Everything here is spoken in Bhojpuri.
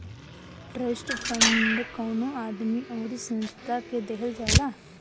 ट्रस्ट फंड कवनो आदमी अउरी संस्था के देहल जाला